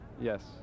Yes